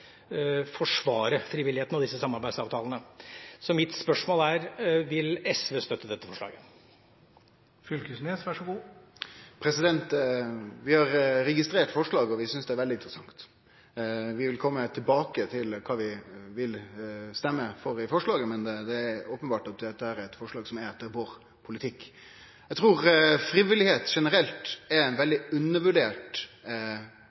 forsvare frivilligheten og disse samarbeidsavtalene. Så mitt spørsmål er: Vil SV støtte dette forslaget? Vi har registrert forslaget, og vi synest det er veldig interessant. Vi vil kome tilbake til korleis vi vil stemme, men det er openbert at dette er eit forslag som er etter vår politikk. Eg trur frivilligheit generelt er ein